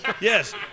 yes